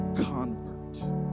convert